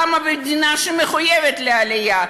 למה במדינה שמחויבת לעלייה,